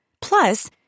Plus